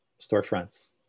storefronts